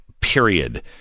Period